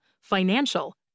financial